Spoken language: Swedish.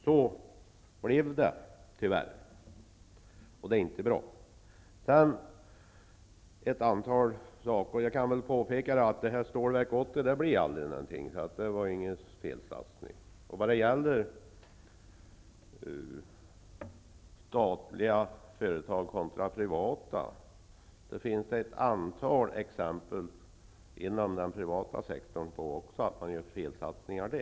Så blev det tyvärr, och det är inte bra. Jag kan påpeka att Stålverk 80 blev aldrig någonting, så det var ingen felsatsning. Vad gäller statliga företag kontra privata finns det ett antal exempel även inom den privata sektorn på att det görs felsatsningar.